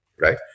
Right